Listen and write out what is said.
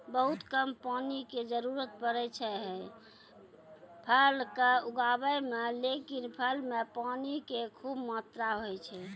बहुत कम पानी के जरूरत पड़ै छै है फल कॅ उगाबै मॅ, लेकिन फल मॅ पानी के खूब मात्रा होय छै